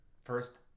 first